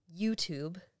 YouTube